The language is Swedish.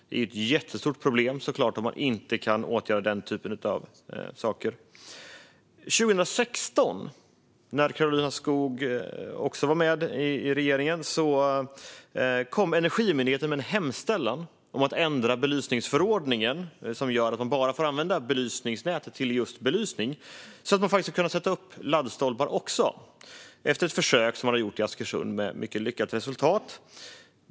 Det är såklart ett jättestort problem om den typen av saker inte kan åtgärdas. År 2016, när Karolina Skog var med i regeringen, kom Energimyndigheten med en hemställan om att ändra belysningsförordningen, som gör att belysningsnätet bara får användas till just belysning, för att också kunna sätta upp laddstolpar, efter ett försök som gjorts i Askersund med mycket lyckat resultat.